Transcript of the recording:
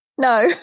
No